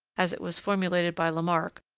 as it was formulated by lamarck,